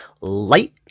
light